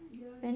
mm you already